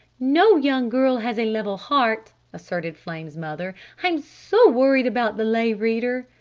no young girl has a level heart, asserted flame's mother. i'm so worried about the lay reader.